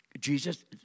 Jesus